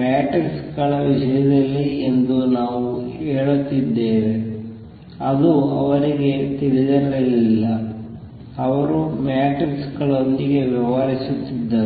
matrix ಗಳ ವಿಷಯದಲ್ಲಿ ಎಂದು ನಾವು ಹೇಳುತ್ತಿದ್ದೇವೆ ಅದು ಅವರಿಗೆ ತಿಳಿದಿರಲಿಲ್ಲ ಅವರು ಮ್ಯಾಟ್ರಿಕ್ ಗಳೊಂದಿಗೆ ವ್ಯವಹರಿಸುತ್ತಿದ್ದರು